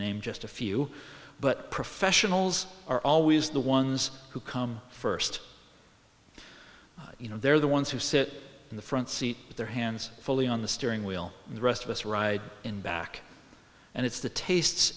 name just a few but professionals are always the ones who come first you know they're the ones who sit in the front seat with their hands fully on the steering wheel and the rest of us ride in back and it's the tastes